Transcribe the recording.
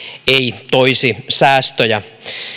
ei toisi säästöjä